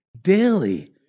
Daily